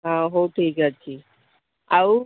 ଅ ହଉ ଠିକ୍ ଅଛି ଆଉ